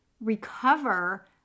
recover